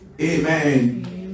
Amen